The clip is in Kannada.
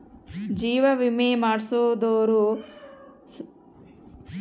ಜೀವ ವಿಮೆ ಮಾಡ್ಸದೊರು ಸತ್ ಮೇಲೆ ಅವ್ರ ವಿಮೆ ಮಾಡ್ಸಿದ್ದು ಪೂರ ರೊಕ್ಕ ಕೊಡ್ತಾರ